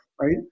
right